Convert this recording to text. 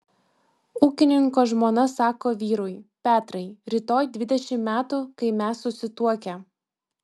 ūkininko žmona sako vyrui petrai rytoj dvidešimt metų kai mes susituokę